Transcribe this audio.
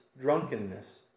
drunkenness